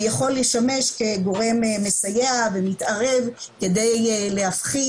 ויכול לשמש כגורם מסייע ומתערב כדי להפחית